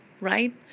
right